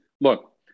Look